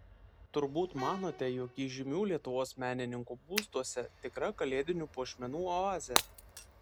turbūt manote jog įžymių lietuvos menininkų būstuose tikra kalėdinių puošmenų oazė